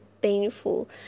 painful